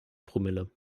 promille